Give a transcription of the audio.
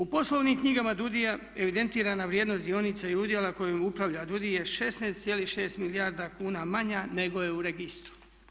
U poslovnim knjigama DUUDI-a evidentirana vrijednost dionica i udjela kojim upravlja DUUDI je 16,6 milijarda kuna manja nego je u registru.